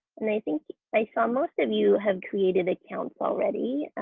and i think i saw most of you have created accounts already